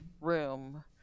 room